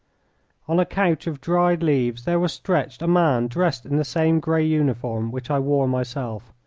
on a couch of dried leaves there was stretched a man dressed in the same grey uniform which i wore myself.